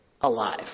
alive